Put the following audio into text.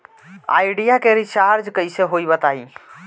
Idea के recharge कइसे होई बताईं?